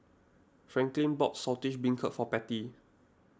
Franklyn bought Saltish Beancurd for Patty